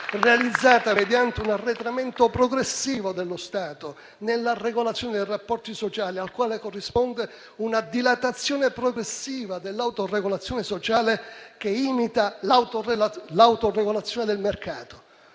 realizzata mediante un arretramento progressivo dello Stato nella regolazione dei rapporti sociali, al quale corrisponde una dilatazione progressiva dell'autoregolazione sociale, che imita l'autoregolazione del mercato.